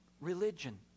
religion